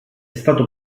stato